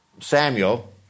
Samuel